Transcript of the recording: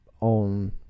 on